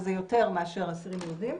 וזה יותר מאשר אסירים יהודים,